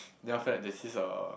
they are fat they is a